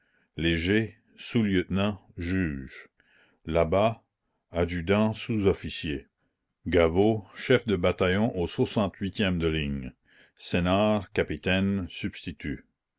léger sous-lieutenant juge labat adjudant sous-officier gaveau chef de bataillon au soixante e de ligne sénart capitaine substitut